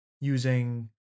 using